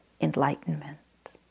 enlightenment